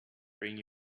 bring